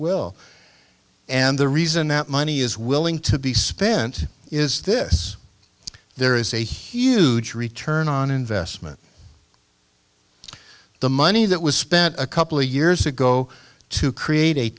will and the reason that money is willing to be spent is this there is a huge return on investment the money that was spent a couple of years ago to create a